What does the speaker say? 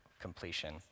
completion